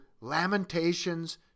Lamentations